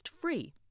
Free